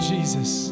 Jesus